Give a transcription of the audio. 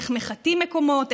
איך מחטאים מקומות,